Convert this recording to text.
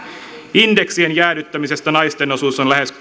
indeksien jäädyttämisestä naisten osuus on lähes